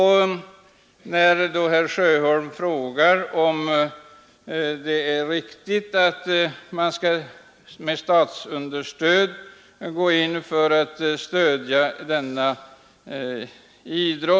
Herr Sjöholm frågar om det är riktigt att man med statsunderstöd skall främja denna sport.